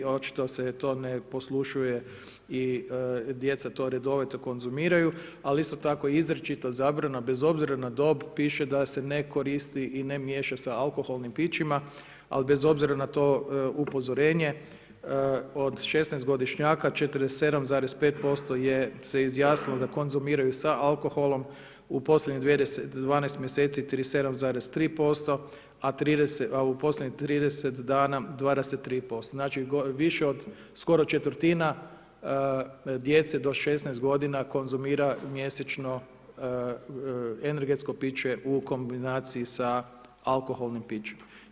Očito se ne poslušuje i djeca to redovito konzumiraju, ali isto tako je izričita zabrana bez obzira na dob piše da se ne koristi i ne miješa sa alkoholnim pićima, ali bez obzira na to upozorenje od 16-godišnjaka 47,5% se izjasnilo da konzumiraju sa alkoholom u posljednjih 12 mjeseci 37,3%, a posljednjih 30 dana 23% znači više od skoro četvrtina djece do 16 godina konzumira mjesečno energetsko piše u kombinaciji sa alkoholnim pićem.